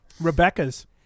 Rebecca's